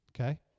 okay